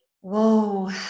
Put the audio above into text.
Whoa